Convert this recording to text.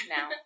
Now